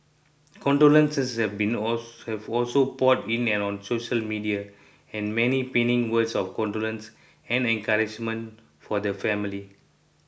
condolences have been also have also poured in on social media with many penning words of condolences and encouragement for the family